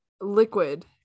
liquid